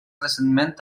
recentment